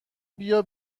بیا